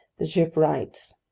the ship rights.